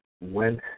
went